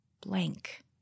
blank